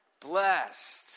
blessed